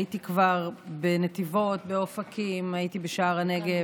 הייתי כבר בנתיבות, באופקים, הייתי בשער הנגב,